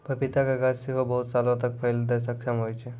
पपीता के गाछ सेहो बहुते सालो तक फल दै मे सक्षम होय छै